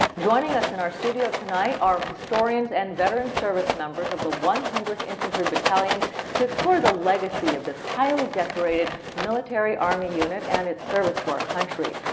joining us in our studio are historians and veteran service members of the one hundredth infantry battalion to explore the legacy of this highly decorated military army unit and its service to our country.